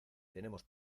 tenemos